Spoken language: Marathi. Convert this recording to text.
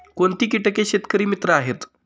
कोणती किटके शेतकरी मित्र आहेत?